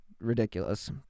ridiculous